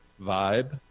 vibe